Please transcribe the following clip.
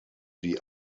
die